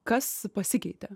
kas pasikeitė